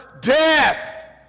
death